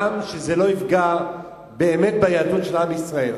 גם שזה לא יפגע באמת ביהדות של עם ישראל.